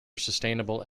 sustainable